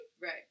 Right